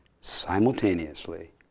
simultaneously